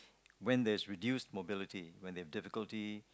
when there's reduced mobility when they have difficulty